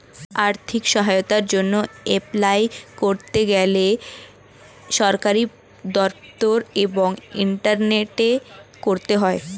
আর্থিক সহায়তার জন্যে এপলাই করতে গেলে সরকারি দপ্তর এবং ইন্টারনেটে করতে হয়